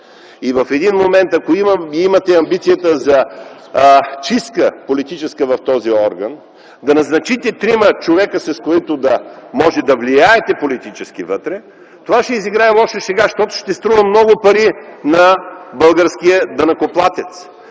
И в един момент, ако имате амбицията за политическа чистка в този орган, да назначите трима човека, с които да може да влияете политически вътре, това ще изиграе лоша шега, защото ще струва много пари на българския данъкоплатец.